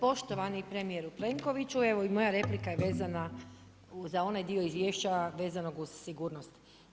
Poštovani premjeru Plenkoviću, evo i moja replika je vezana za onaj dio izvješća vezanog uz sigurnost.